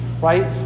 right